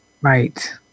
Right